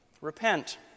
Repent